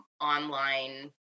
online